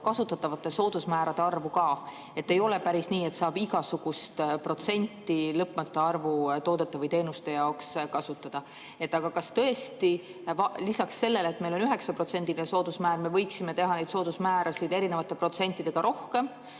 kasutatavate soodusmäärade arvu. Et ei ole päris nii, et saab igasugust protsenti lõpmatu arvu toodete või teenuste puhul kasutada. Kas tõesti lisaks sellele, et meil on 9%-line soodusmäär, me võiksime teha neid soodusmäärasid erinevate protsentidega rohkem?